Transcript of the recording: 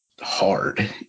hard